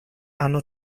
hanno